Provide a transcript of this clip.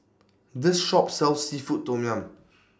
This Shop sells Seafood Tom Yum